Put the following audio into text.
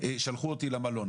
שלחו אותי למלון.